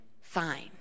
fine